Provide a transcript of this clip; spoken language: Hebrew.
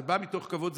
זה בא מתוך כבוד,